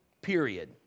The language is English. Period